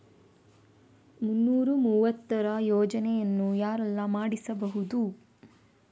ಮುನ್ನೂರ ಮೂವತ್ತರ ಯೋಜನೆಯನ್ನು ಯಾರೆಲ್ಲ ಮಾಡಿಸಬಹುದು?